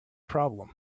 problem